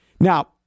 Now